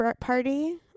party